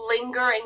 lingering